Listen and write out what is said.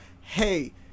Hey